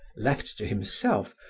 left to himself,